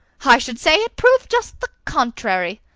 i should say it proved just the contrary.